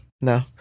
no